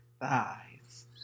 thighs